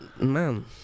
man